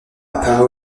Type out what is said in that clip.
apparaît